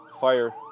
Fire